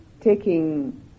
taking